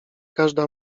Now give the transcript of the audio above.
każda